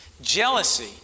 jealousy